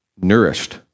nourished